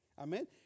Amen